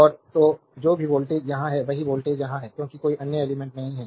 तो और तो जो भी वोल्टेज यहाँ है वही वोल्टेज यहाँ है क्योंकि कोई अन्य एलिमेंट्स नहीं है